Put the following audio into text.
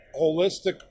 holistic